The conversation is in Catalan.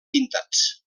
pintats